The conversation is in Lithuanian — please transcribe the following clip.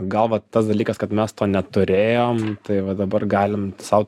gal va tas dalykas kad mes to neturėjom tai va dabar galim sau